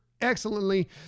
excellently